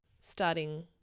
starting